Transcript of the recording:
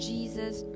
Jesus